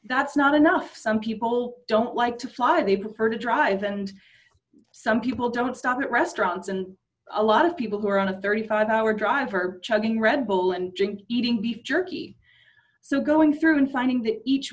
that's not enough some people don't like to fly they prefer to drive and some people don't stop at restaurants and a lot of people who are on a thirty five hour drive are chugging red bull and drink eating beef jerky so going through and finding that each